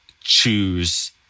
choose